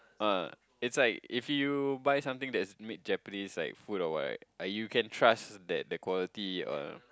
uh it's like if you buy something that is made Japanese like food or what right uh you can trust that quality all